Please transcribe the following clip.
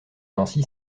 nancy